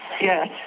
Yes